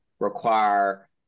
require